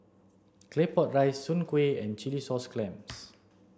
Claypot rice soon Kway and Chilli sauce clams